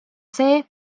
see